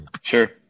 Sure